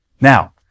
Now